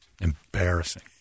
Embarrassing